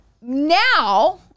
Now